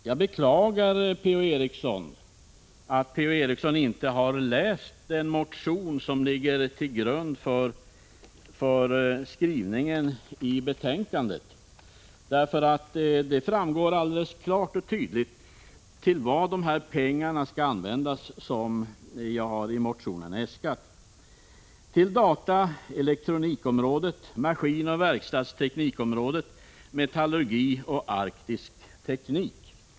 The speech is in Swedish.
Herr talman! Jag beklagar att Per-Ola Eriksson inte har läst den motion som ligger till grund för skrivningen i betänkandet. Av den framgår klart och tydligt till vad de pengar som jag har äskat i motionen skall användas. Det är till dataoch elektronikområdet, maskinoch verkstadstekniksområdet, metallurgi och arktisk teknik.